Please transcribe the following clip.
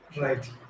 Right